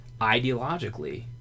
ideologically